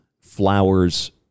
Flowers